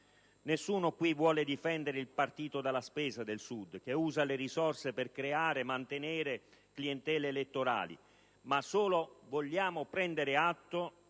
Nessuno qui vuole difendere il partito della spesa del Sud, che usa le risorse per creare e mantenere clientele elettorali, ma vogliamo solo prendere atto